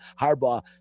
Harbaugh